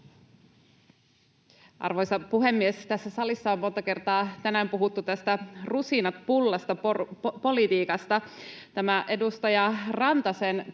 Arvoisa puhemies! Tässä salissa on monta kertaa tänään puhuttu tästä rusinat pullasta ‑politiikasta. Tämä edustaja Rantasen